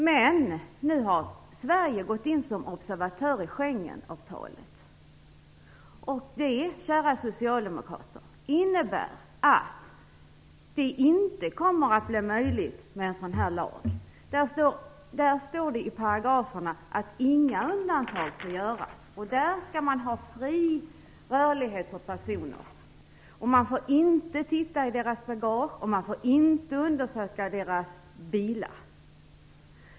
Men Sverige har nu gått in som observatör i Schengensamarbetet, och det innebär, kära socialdemokrater, att det inte kommer att bli möjligt att tillämpa en sådan här lag. I Schengenparagraferna står det att inga undantag får göras. Man skall ha fri rörlighet för personer. Man får inte titta i deras bagage, och man får inte undersöka deras bilar.